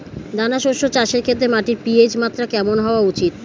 দানা শস্য চাষের ক্ষেত্রে মাটির পি.এইচ মাত্রা কেমন হওয়া উচিৎ?